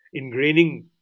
ingraining